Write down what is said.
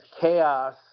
chaos